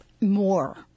more